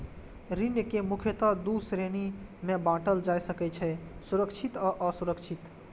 ऋण कें मुख्यतः दू श्रेणी मे बांटल जा सकै छै, सुरक्षित आ असुरक्षित